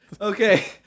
Okay